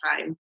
time